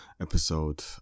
episode